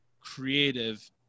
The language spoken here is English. creative